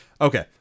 Okay